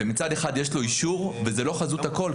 שמצד אחד יש לו אישור וזה לא חזות הכול,